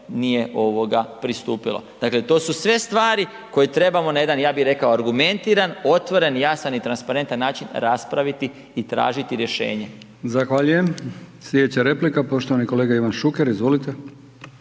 nije ovoga pristupilo. Dakle, to su sve stvari koje trebamo na jedan ja bih rekao argumentiran, jasan i transparentan način raspraviti i tražiti rješenje. **Brkić, Milijan (HDZ)** Zahvaljujem. Slijedeća replika poštovani kolega Ivan Šuker, izvolite.